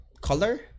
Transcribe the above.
Color